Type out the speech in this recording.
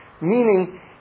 Meaning